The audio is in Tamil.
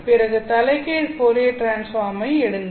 பிறகு தலைகீழ் போரியர் டிரான்ஸ்பார்ம் ஐ எடுங்கள்